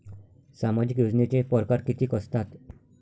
सामाजिक योजनेचे परकार कितीक असतात?